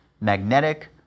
magnetic